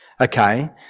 Okay